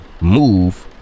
move